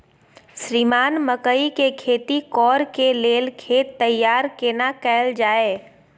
श्रीमान मकई के खेती कॉर के लेल खेत तैयार केना कैल जाए?